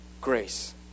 grace